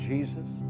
Jesus